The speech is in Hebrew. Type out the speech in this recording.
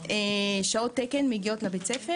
שעות תקן מגיעות אוטומטית לבית-הספר.